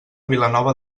vilanova